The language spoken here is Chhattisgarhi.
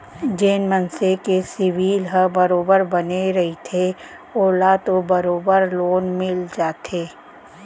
जेन मनसे के सिविल ह बरोबर बने रहिथे ओला तो बरोबर लोन मिल जाथे